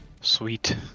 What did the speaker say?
sweet